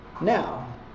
Now